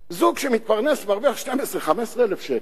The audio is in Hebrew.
זוג שמתפרנס ומרוויח 12,000, 15,000 שקל,